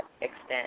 extent